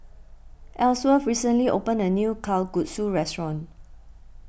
Elsworth recently opened a new Kalguksu restaurant